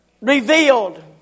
revealed